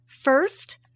First